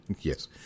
Yes